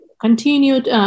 continued